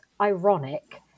ironic